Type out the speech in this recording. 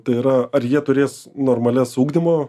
tai yra ar jie turės normalias ugdymo